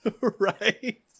Right